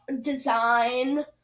design